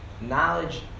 knowledge